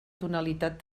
tonalitat